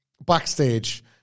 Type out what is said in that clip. Backstage